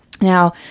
Now